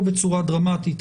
לא בצורה דרמטית,